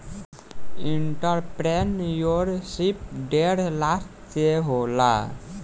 entrepreneurship ढेर लेखा के होला